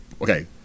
okay